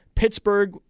Pittsburgh